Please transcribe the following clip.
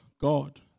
God